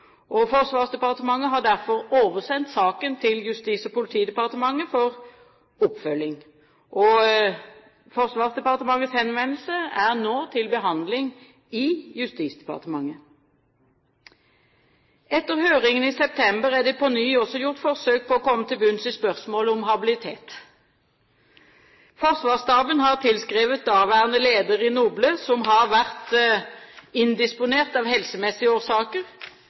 Forsvarsdepartementet har derfor oversendt saken til Justis- og politidepartementet for oppfølging. Forsvarsdepartementets henvendelse er nå til behandling i Justisdepartementet. Etter høringen i september er det på ny også gjort forsøk på å komme til bunns i spørsmålet om habilitet. Forsvarsstaben har tilskrevet daværende leder i NOBLE, som har vært indisponert av helsemessige årsaker,